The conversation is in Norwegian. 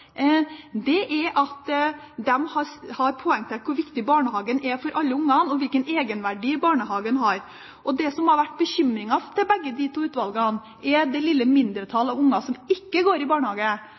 er at de har poengtert hvor viktig barnehagen er for alle barn, og hvilken egenverdi barnehagen har. Det som har vært bekymringen til begge de to utvalgene, er det lille